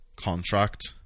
contract